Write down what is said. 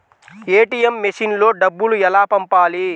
ATM మెషిన్లో డబ్బులు ఎలా పంపాలి?